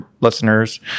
listeners